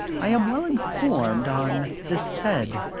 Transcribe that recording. i am well informed on this head